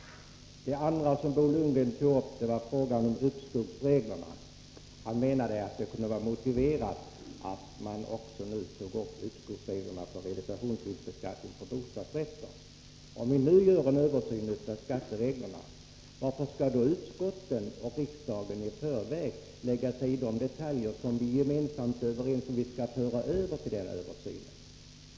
Det andra som Bo Lundgren nämnde var frågan om uppskovsreglerna. Han menade att det kunde vara motiverat att också ta upp uppskovsreglerna för realisationsvinstbeskattning av bostadsrätter. Om man nu gör en översyn av skattereglerna, varför skall då utskotten och riksdagen i förväg lägga sig i de detaljer som vi är överens om att föra över till denna översyn?